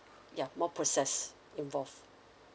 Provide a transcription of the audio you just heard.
ya more process involve